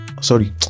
Sorry